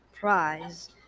prize